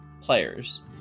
players